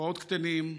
הצבאות קטֵנים,